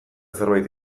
zerbait